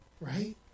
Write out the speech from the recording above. right